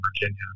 Virginia